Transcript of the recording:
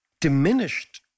diminished